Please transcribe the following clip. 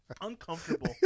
uncomfortable